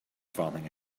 falling